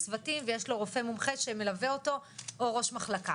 צוותים ויש לו רופא מומחה שמלווה אותו או ראש מחלקה.